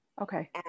Okay